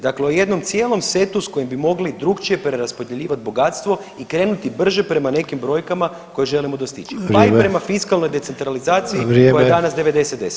Dakle, o jednom cijelom setu s kojim bi mogli drukčije preraspodjeljivat bogatstvo i krenuti brže prema nekim brojkama koje želimo dostići [[Upadica: Vrijeme.]] pa i prema fiskalnoj decentralizaciji koja je danas [[Upadica: Vrijeme.]] 90 10.